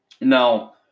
Now